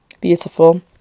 beautiful